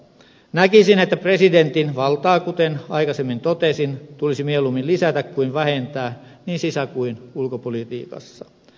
näkisin että presidentin valtaa kuten aikaisemmin totesin tulisi mieluummin lisätä kuin vähentää niin sisä kuin ulkopolitiikassa